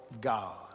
God